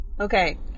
Okay